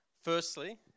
Firstly